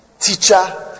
teacher